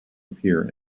appear